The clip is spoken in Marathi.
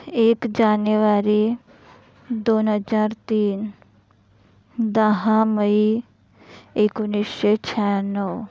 एक जानेवारी दोन हजार तीन दहा मई एकोणीसशे शहाण्णव